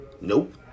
Nope